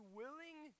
willing